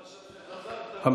בבקשה, אדוני.